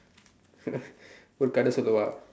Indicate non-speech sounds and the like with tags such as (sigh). (laughs) ஒரு கதை சொல்லவா:oru kathai sollavaa